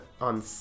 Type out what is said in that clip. on